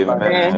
Amen